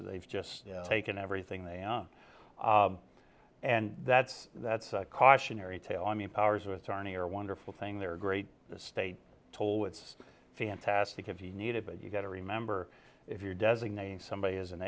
they've just taken everything they and that's that's a cautionary tale i mean powers with arnie are wonderful thing they're great state toll it's fantastic if you need it but you've got to remember if you're designating somebody as an